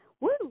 Woo